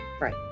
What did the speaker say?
Right